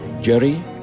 Jerry